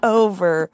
over